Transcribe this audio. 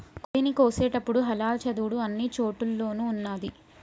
కోడిని కోసేటపుడు హలాల్ చదువుడు అన్ని చోటుల్లోనూ ఉన్నాది